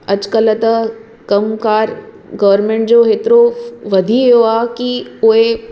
अॼुकल्ह त कमु कार गवरमेंट जो हेतिरो वधी वियो आहे की उहे